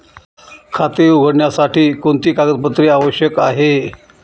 खाते उघडण्यासाठी कोणती कागदपत्रे आवश्यक आहे?